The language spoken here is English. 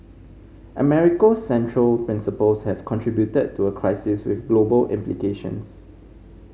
America central principles have contributed to a crisis with global implications